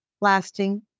lasting